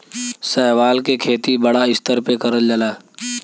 शैवाल के खेती बड़ा स्तर पे करल जाला